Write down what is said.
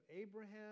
Abraham